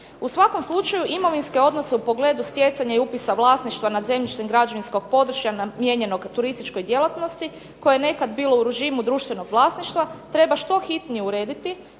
U svakom slučaju imovinske odnose u pogledu stjecanja i upisa vlasništva nad zemljištem građevinskog područja namijenjenog turističkoj djelatnosti koje je nekad bilo u režimu društvenog vlasništva treba što hitnije urediti